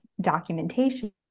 documentation